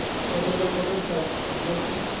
so those programs like nursing,